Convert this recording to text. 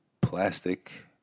plastic